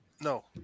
No